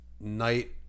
night